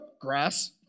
Grass